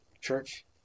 Church